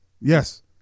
Yes